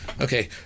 Okay